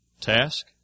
task